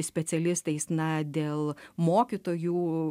specialistais na dėl mokytojų